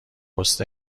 پست